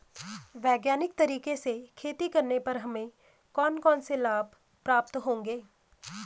वैज्ञानिक तरीके से खेती करने पर हमें कौन कौन से लाभ प्राप्त होंगे?